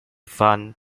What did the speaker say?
van